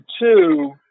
two